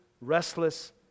restless